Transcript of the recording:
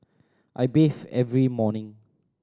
I bathe every morning